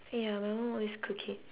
ya my mum always cook it